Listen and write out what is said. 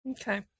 Okay